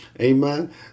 amen